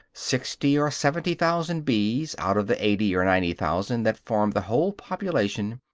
sixty or seventy thousand bees out of the eighty or ninety thousand that form the whole population,